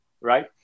right